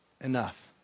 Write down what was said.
enough